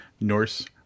Norse